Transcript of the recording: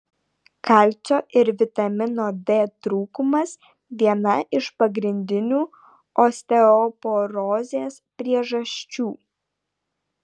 kalcio ir vitamino d trūkumas viena iš pagrindinių osteoporozės priežasčių